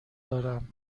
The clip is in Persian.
دارم